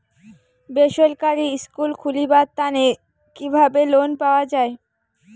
বেসরকারি স্কুল খুলিবার তানে কিভাবে লোন পাওয়া যায়?